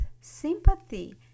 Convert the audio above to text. sympathy